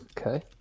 okay